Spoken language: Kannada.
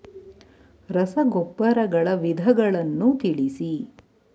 ರಸಗೊಬ್ಬರಗಳ ವಿಧಗಳನ್ನು ತಿಳಿಸಿ?